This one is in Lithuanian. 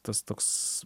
tas toks